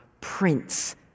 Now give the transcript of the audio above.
Prince